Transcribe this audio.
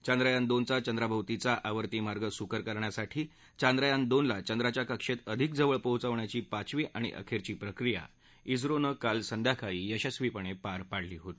चांद्रयान दोनचा चंद्राभोवतीचा आवर्ती मार्ग सुकर करण्यासाठी चांद्रयान दोनला चंद्राच्या कक्षेत अधिक जवळ पोहोचवण्याची पाचवी आणि अखेरची प्रक्रीया इस्त्रोनं काल संध्याकाळी यशस्वीपणे पार पाडली होती